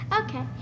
Okay